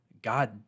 God